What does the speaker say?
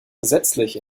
gesetzlich